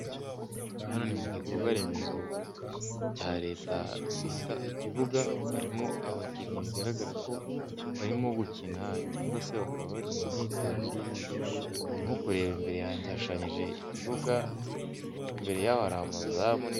Hano ni mu gikorwaremezo cya leta bita ikibuga, harimo abakinnyi bigaragara ko barimo gukina cyangwa se bakaba bari mu myitozo. Ndimo kureba imbere yanjye hashushanyije ikibuga imbere yaho hari amazamu.